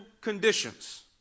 conditions